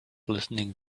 listening